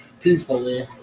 peacefully